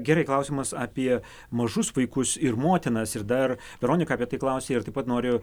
gerai klausimas apie mažus vaikus ir motinas ir dar veronika apie tai klausė ir taip pat noriu